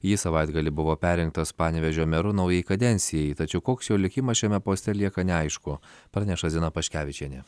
jis savaitgalį buvo perrinktas panevėžio meru naujai kadencijai tačiau koks jo likimas šiame poste lieka neaišku praneša zina paškevičienė